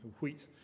wheat